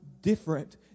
different